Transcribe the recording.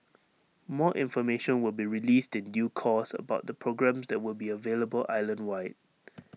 more information will be released in due course about the programmes that will be available island wide